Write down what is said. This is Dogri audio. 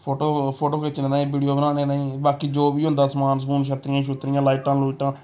फोटो फोटो खिच्च ताईं वीडियो बनाने ताईं बाकी जो बी होंदा समान समून छत्तरियां छुत्तरियां लाइटां लूइटां